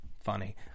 funny